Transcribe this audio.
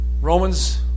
Romans